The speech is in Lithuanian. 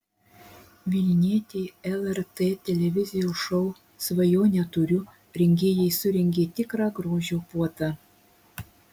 vilnietei lrt televizijos šou svajonę turiu rengėjai surengė tikrą grožio puotą